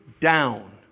down